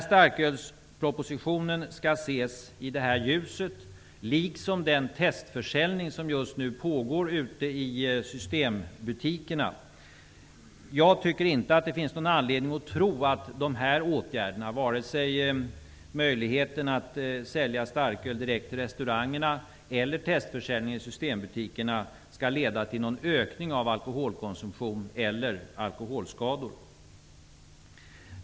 Starkölspropositionen skall ses i det här ljuset, liksom den testförsäljning som just nu pågår i systembutikerna. Det finns inte någon anledning att tro att åtgärderna, möjligheterna att sälja starköl direkt i restaurangerna och testförsäljningen i systembutikerna, kommer att leda till någon ökning av alkoholkonsumtion eller alkoholskador.